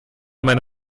meine